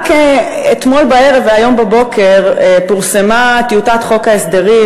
רק אתמול בערב והיום בבוקר פורסמה טיוטת חוק ההסדרים,